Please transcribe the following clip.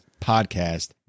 podcast